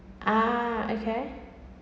ah okay